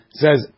says